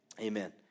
Amen